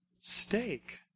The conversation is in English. steak